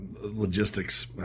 Logistics